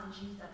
Jesus